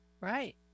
Right